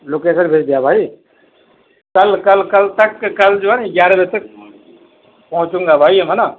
location بھیج دیا بھائی کل کل کل تک کل جو ہے گیارہ بجے تک پہنچوں گا بھائی ہے نا